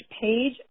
page